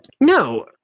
No